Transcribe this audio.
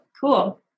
Cool